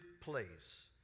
place